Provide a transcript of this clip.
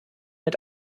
mit